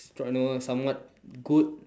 you know somewhat good